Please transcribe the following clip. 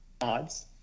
odds